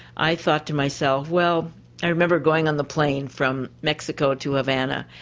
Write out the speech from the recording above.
i thought to myself, well i remember going on the plane from mexico to havana,